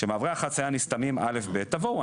כשמעברי החצייה נסתמים, תבואו.